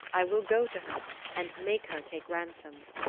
i will go to her and make her take ransom.